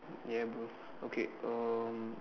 ya bro okay um